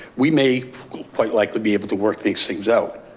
we may quite likely be able to work these things out.